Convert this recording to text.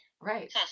Right